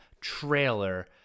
trailer